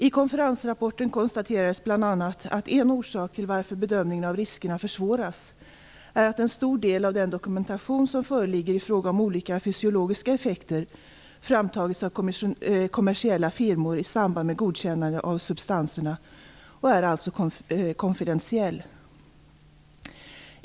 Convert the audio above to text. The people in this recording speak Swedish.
I konferensrapporten konstaterades bl.a. att en orsak till att bedömningen av riskerna försvåras är att en stor del av den dokumentation som föreligger i fråga om olika fysiologiska effekter framtagits av kommersiella firmor i samband med godkännande av substanserna och alltså är konfidentiell.